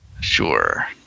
Sure